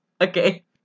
okay